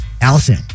Allison